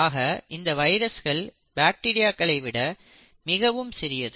ஆக இந்த வைரஸ்கள் பாக்டீரியாக்களை விட மிகவும் சிறியது